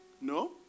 No